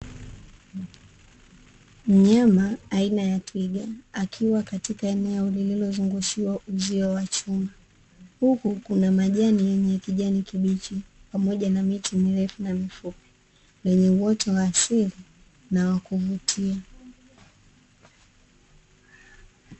Mnyama aina ya Twiga akiwa katika eneo lililozungushiwa uzio wa chuma huku kuna majani yenye kijani kibichi, pamoja na miti mirefu na mifupi lenye uoto wa asili na kuvutia.